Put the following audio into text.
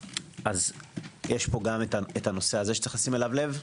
יש פה גם הנושא הזה שיש לשים אליו לב.